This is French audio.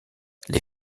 les